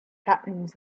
fattens